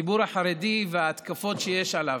הציבור החרדי וההתקפות עליו.